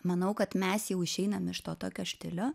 manau kad mes jau išeinam iš to tokio štilio